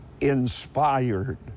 inspired